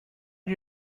are